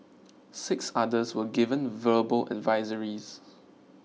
six others were given verbal advisories